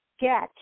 get